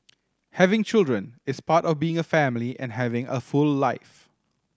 having children is part of being a family and having a full life